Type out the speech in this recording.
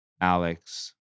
Alex